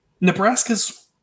Nebraska's